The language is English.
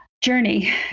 journey